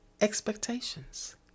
expectations